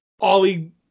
Ollie